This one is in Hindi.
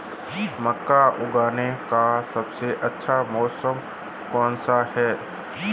मक्का उगाने का सबसे अच्छा मौसम कौनसा है?